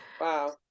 Wow